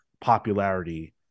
popularity